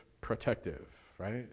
protective—right